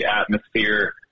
atmosphere